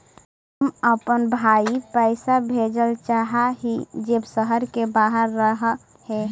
हम अपन भाई पैसा भेजल चाह हीं जे शहर के बाहर रह हे